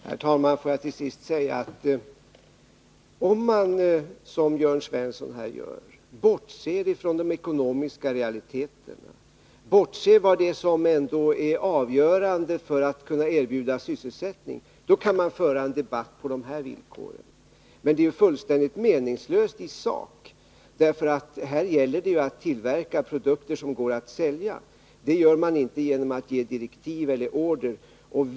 Herr talman! Får jag till sist säga att om man, som Jörn Svensson gör, bortser från de ekonomiska realiteterna och bortser från vad det är som ändå är avgörande för att vi skall kunna erbjuda sysselsättning, kan man föra en debatt på dessa villkor. Men det är ju ändå meningslöst i sak. Här gäller det ju att tillverka produkter som går att sälja. Det gör man inte genom att ge direktiv eller order.